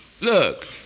Look